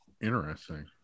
interesting